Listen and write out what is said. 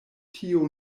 tio